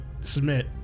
Submit